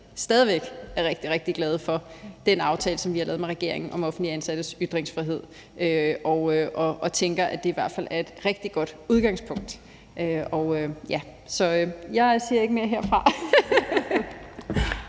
stadig væk – er rigtig, rigtig glade for den aftale, som vi har lavet med regeringen, om offentligt ansattes ytringsfrihed, og jeg tænker, at det i hvert fald er et rigtig godt udgangspunkt. Og så siger jeg ikke mere herfra.